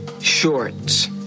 shorts